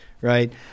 right